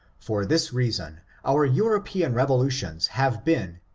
for this reason our european revo lutions have been,